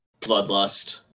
Bloodlust